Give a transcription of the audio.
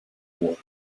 war